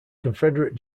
confederate